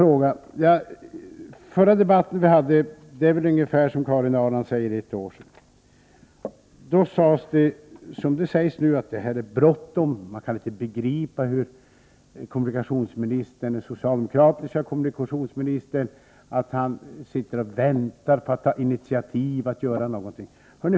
Den förra debatten vi förde hölls väl, som Karin Ahrland säger, för ungefär ett år sedan. Då sades det, liksom nu, att det är bråttom. Man kan inte begripa hur den socialdemokratiske kommunikationsministern sitter och väntar på att ta initiativ och på att göra någonting.